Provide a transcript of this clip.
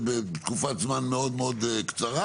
בתקופת זמן מאוד מאוד קצרה,